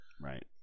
Right